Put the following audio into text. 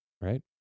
right